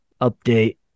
Update